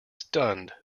stunned